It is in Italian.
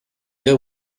the